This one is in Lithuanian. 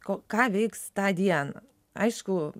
ko ką veiks tą dieną aišku